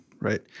right